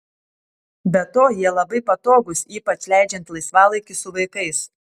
be to jie labai patogūs ypač leidžiant laisvalaikį su vaikais